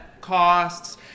costs